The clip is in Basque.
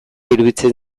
iruditzen